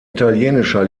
italienischer